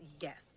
Yes